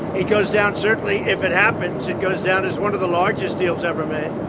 it goes down certainly, if it happens, it goes down as one of the largest deals ever made.